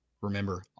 Remember